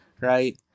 right